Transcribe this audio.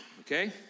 Okay